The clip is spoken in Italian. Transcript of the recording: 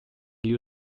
gli